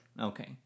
Okay